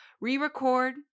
re-record